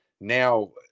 now